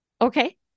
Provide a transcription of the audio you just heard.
Okay